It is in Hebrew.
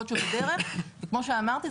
וכמו שאמרתי,